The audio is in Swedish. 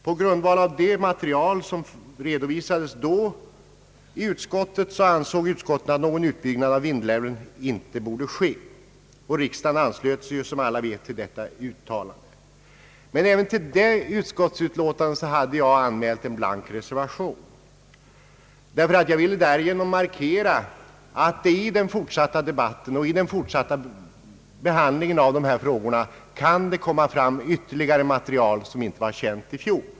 På grundval av det material som då redovisades i utskottet ansåg utskottet att någon utbyggnad av Vindelälven inte borde ske, och som alla minns anslöt sig ju riksdagen till detta uttalande. Men även till det utskottsutlåtandet hade jag anmält en blank reservation. Jag ville därigenom markera att det i den fortsatta debatten och den fortsatta behandlingen av dessa frågor kan komma fram ytterligare material som inte var känt i fjol.